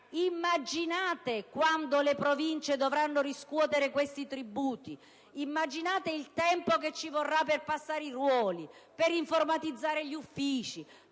Immaginate quando le Province dovranno riscuotere questi, di tributi, immaginate il tempo che ci vorrà per passare i ruoli, per informatizzare gli uffici,